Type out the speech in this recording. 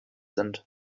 sind